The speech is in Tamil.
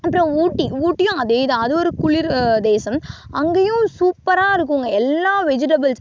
அப்புறோம் ஊட்டி ஊட்டியும் அதேதான் அது ஒரு குளிர் தேசம் அங்கேயும் சூப்பராக இருக்கும்ங்க எல்லா வெஜிடபிள்ஸ்